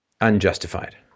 unjustified